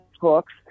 books